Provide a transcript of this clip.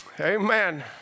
Amen